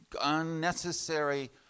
unnecessary